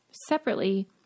separately